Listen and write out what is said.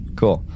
cool